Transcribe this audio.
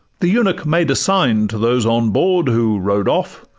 the eunuch made a sign to those on board, who row'd off,